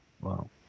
Wow